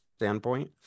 standpoint